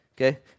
Okay